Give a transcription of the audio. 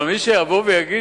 אבל מי שיבוא ויגיד